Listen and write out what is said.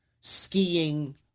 skiing